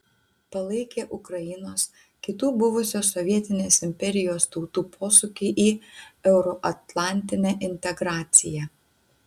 palaikė ukrainos kitų buvusios sovietinės imperijos tautų posūkį į euroatlantinę integraciją